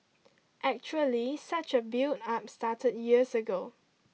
actually such a build up started years ago